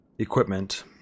Equipment